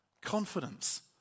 confidence